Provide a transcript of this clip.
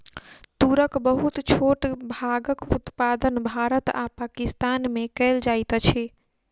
तूरक बहुत छोट भागक उत्पादन भारत आ पाकिस्तान में कएल जाइत अछि